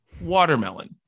watermelon